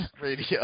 radio